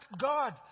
God